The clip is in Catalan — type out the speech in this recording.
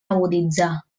aguditzar